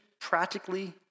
practically